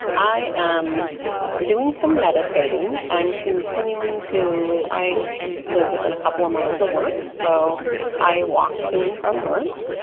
i am doing some meditating. i'm continuing to i live within a couple of miles of work, so i walk to and from work.